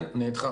כן, אני איתך.